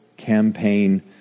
campaign